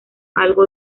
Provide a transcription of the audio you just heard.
algo